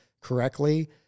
correctly